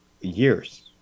years